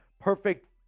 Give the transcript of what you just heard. perfect